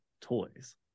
toys